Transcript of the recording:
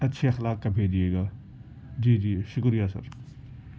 اچھے اخلاق کا بھیجیے گا جی جی شکریہ سر